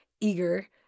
eager